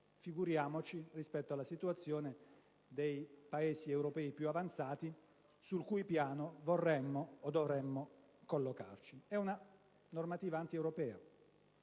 figuriamoci rispetto alla situazione dei Paesi europei più avanzati sul cui piano vorremmo o dovremmo collocarci. È una normativa antieuropea,